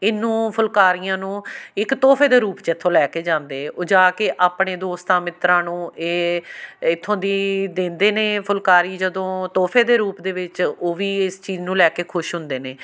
ਇਹਨੂੰ ਫੁਲਕਾਰੀਆਂ ਨੂੰ ਇੱਕ ਤੋਹਫੇ ਦੇ ਰੂਪ 'ਚ ਇੱਥੋਂ ਲੈ ਕੇ ਜਾਂਦੇ ਉਹ ਜਾ ਕੇ ਆਪਣੇ ਦੋਸਤਾਂ ਮਿੱਤਰਾਂ ਨੂੰ ਇਹ ਇੱਥੋਂ ਦੀ ਦਿੰਦੇ ਨੇ ਫੁਲਕਾਰੀ ਜਦੋਂ ਤੋਹਫੇ ਦੇ ਰੂਪ ਦੇ ਵਿੱਚ ਉਹ ਵੀ ਇਸ ਚੀਜ਼ ਨੂੰ ਲੈ ਕੇ ਖੁਸ਼ ਹੁੰਦੇ ਨੇ